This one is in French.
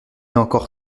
encore